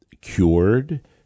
cured